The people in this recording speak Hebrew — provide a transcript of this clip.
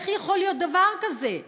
איך יכול להיות דבר כזה?